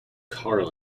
car